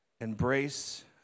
Embrace